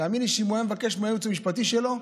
תאמין לי שאם הוא היה מבקש מהייעוץ המשפטי שלו,